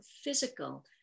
Physical